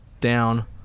down